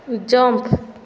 jump